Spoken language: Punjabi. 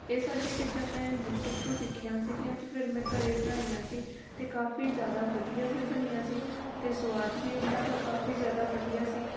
ਇਹ ਸਾਰੀਆਂ ਚੀਜ਼ਾਂ ਮੈਂ ਯੂਟੀਊਬ ਤੋਂ ਸਿੱਖੀਆਂ ਸੀਗੀਆਂ ਅਤੇ ਫਿਰ ਮੈਂ ਘਰੇ ਬਣਾਈਆਂ ਸੀ ਅਤੇ ਕਾਫੀ ਜ਼ਿਆਦਾ ਵਧੀਆ ਵੀ ਬਣੀਆਂ ਸੀ ਅਤੇ ਸਵਾਦ ਵੀ ਉਹਨਾਂ ਦਾ ਕਾਫੀ ਜ਼ਿਆਦਾ ਵਧੀਆ ਸੀ